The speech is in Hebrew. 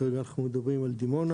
כרגע אנחנו מדברים על דימונה,